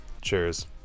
cheers